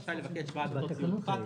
רשאי לבקש בעד אותו ציוד פחת,